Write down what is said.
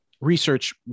research